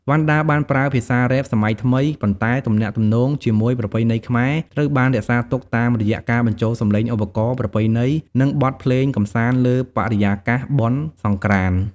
វណ្ណដាបានប្រើភាសាររ៉េបសម័យថ្មី ប៉ុន្តែទំនាក់ទំនងជាមួយប្រពៃណីខ្មែរត្រូវបានរក្សាទុកតាមរយៈការបញ្ចូលសម្លេងឧបករណ៍ប្រពៃណី និងបទភ្លេងកម្សាន្តលើបរិយាកាសបុណ្យសង្រ្កាន្ត។